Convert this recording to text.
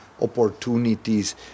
opportunities